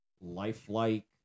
lifelike